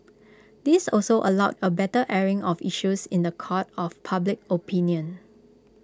this also allowed A better airing of issues in The Court of public opinion